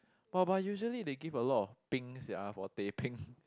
!wah! but usually they give a lot of peng sia for teh peng